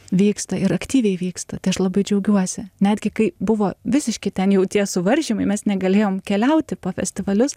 vyksta ir aktyviai vyksta tai aš labai džiaugiuosi netgi kai buvo visiški ten jau tie suvaržymai mes negalėjom keliauti po festivalius